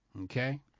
Okay